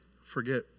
forget